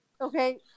Okay